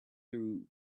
through